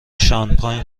شانپاین